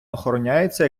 охороняються